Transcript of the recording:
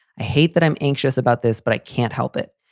i hate that i'm anxious about this, but i can't help it.